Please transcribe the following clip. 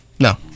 No